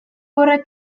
horrek